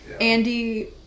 Andy